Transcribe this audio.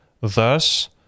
thus